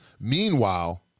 Meanwhile